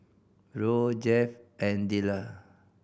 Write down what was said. Roe Jeff and Dellar